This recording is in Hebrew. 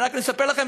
רק לספר לכם